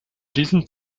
diesem